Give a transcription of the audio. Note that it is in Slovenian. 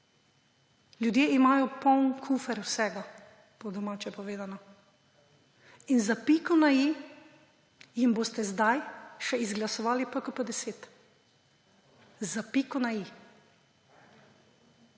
Ljudje imajo poln kufer vsega, po domače povedano. Za piko na i jim boste sedaj še izglasovali PKP10, za piko na i,